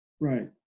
right